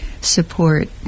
support